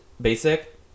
basic